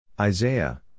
Isaiah